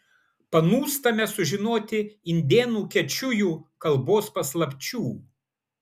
panūstame sužinoti indėnų kečujų kalbos paslapčių